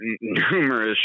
numerous